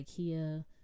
Ikea